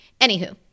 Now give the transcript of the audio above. Anywho